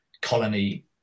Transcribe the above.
colony